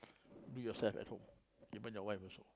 do yourself at home even your wife also